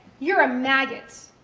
you're a maggot.